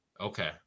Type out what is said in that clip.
Okay